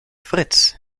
fritz